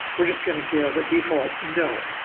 we're just going to give default no,